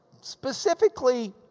specifically